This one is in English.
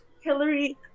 Hillary